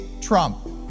Trump